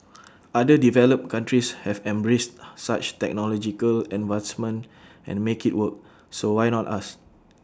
other developed countries have embraced such technological advancements and made IT work so why not us